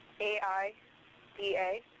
A-I-D-A